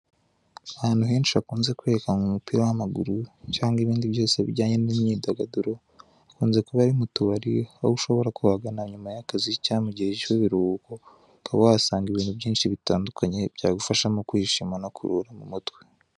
Ahantu henshi hakuzwe kwerekanwa umupira w'amaguru cyangwa ibindi byose bijyanye n'imyidagaduro, hakunze kuba harimo utubari, aho ushobora kuhagana nyuma y'akazi cyangwa mu gihe cy'ibiruhuko, ukaba wahasanga byinshi bitandukanye byagufasha mu kwishima no kuruhura mu mutwe.